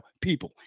people